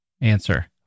Answer